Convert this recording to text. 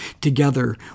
together